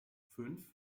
fünf